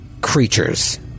creatures